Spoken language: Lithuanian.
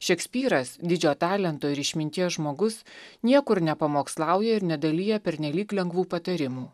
šekspyras didžio talento ir išminties žmogus niekur nepamokslauja ir nedalija pernelyg lengvų patarimų